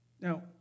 Now